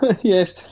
yes